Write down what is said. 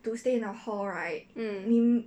to stay in a hall right 你